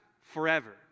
forever